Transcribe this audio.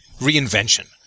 reinvention